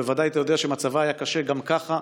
בוודאי אתה יודע שמצבה היה קשה גם ככה.